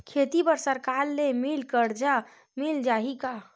खेती बर सरकार ले मिल कर्जा मिल जाहि का?